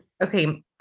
okay